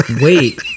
Wait